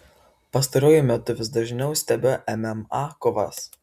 pastaruoju metu vis dažniau stebiu mma kovas